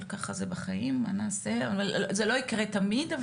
זה לא יקרה תמיד.